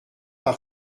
par